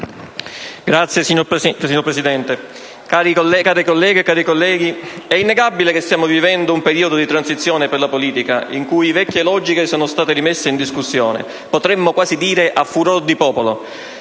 care colleghe, cari colleghi, è innegabile che stiamo vivendo un periodo di transizione per la politica, in cui vecchie logiche sono state rimesse in discussione, potremmo quasi dire «a furor di popolo».